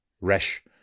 Resh